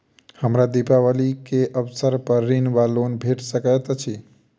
हमरा दिपावली केँ अवसर पर ऋण वा लोन भेट सकैत अछि?